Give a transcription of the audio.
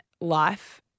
life